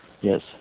Yes